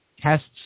tests